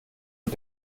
und